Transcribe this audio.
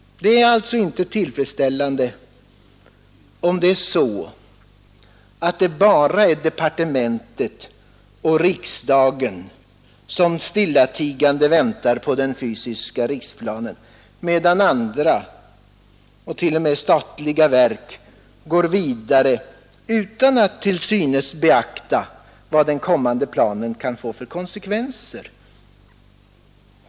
Det är alls inte tillfredsställande om det är så att det bara är departementet och riksdagen som stillatigande väntar på den fysiska riksplanen, medan andra, t.o.m., statliga verk, går vidare utan att till synes beakta vad den kommande riksplanen kan få för konsekvenser.